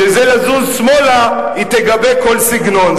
כשזה לזוז שמאלה היא תגבה כל סגנון.